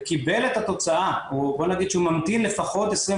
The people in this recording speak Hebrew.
וקיבל את התוצאה או בוא נגיד שהוא ממתין לפחות 24,